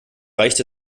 reicht